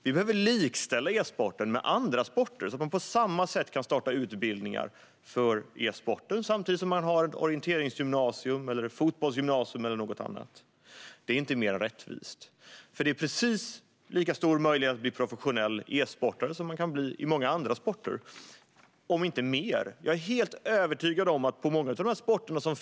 Vi behöver likställa e-sporten med andra sporter så att vi kan ha e-sportgymnasier på samma sätt som vi har orienteringsgymnasier, fotbollsgymnasier och annat. Det är inte mer än rättvist. Man har lika stor chans att bli professionell e-sportare som professionell i andra idrotter, om inte större.